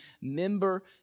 member